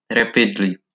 rapidly